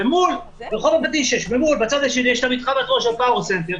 בצד השני יש מתחם של הסנטר,